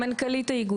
מנכ"לית האיגוד.